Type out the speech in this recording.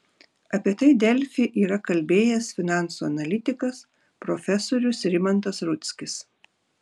apie tai delfi yra kalbėjęs finansų analitikas profesorius rimantas rudzkis